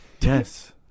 Yes